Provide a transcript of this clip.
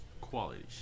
Quality